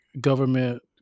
government